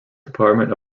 department